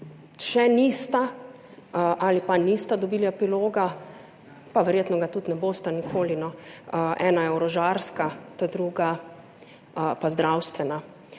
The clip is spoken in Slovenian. še nista ali pa nista dobili epiloga, pa verjetno ga tudi ne bosta nikoli, no; ena je orožarska, druga pa zdravstvena,